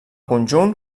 conjunt